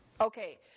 Okay